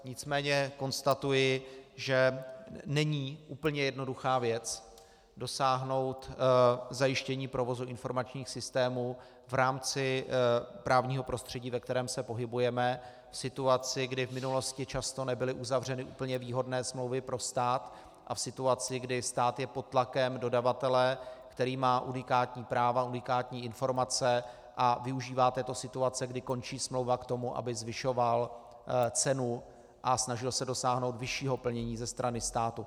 Nicméně konstatuji, že není úplně jednoduchá věc dosáhnout zajištění provozu informačních systémů v rámci právního prostředí, ve kterém se pohybujeme, v situaci, kdy v minulosti často nebyly uzavřeny úplně výhodné smlouvy pro stát, a v situaci, kdy stát je pod tlakem dodavatele, který má unikátní práva, unikátní informace a využívá této situace, kdy končí smlouva, k tomu, aby zvyšoval cenu a snažil se dosáhnout vyššího plnění ze strany státu.